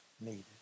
needed